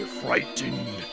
frightened